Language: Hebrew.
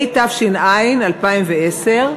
התש"ע 2010,